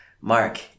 Mark